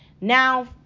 Now